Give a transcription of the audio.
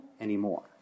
anymore